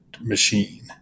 machine